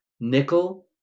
nickel